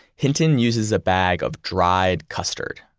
hinton uses a bag of dried custard.